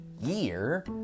year